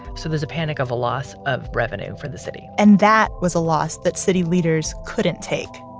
so there's a panic of a loss of revenue for the city and that was a loss that city leaders couldn't take.